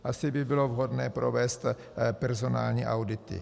Asi by bylo vhodné provést personální audity.